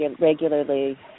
regularly